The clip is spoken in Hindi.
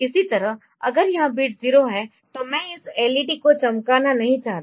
इसी तरह अगर यह बिट 0 है तो मैं इस एलईडी को चमकाना नहीं चाहता